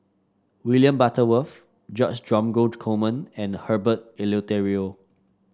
William Butterworth George Dromgold Coleman and Herbert Eleuterio